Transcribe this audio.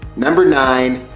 number nine,